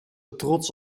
trots